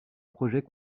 projet